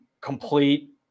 complete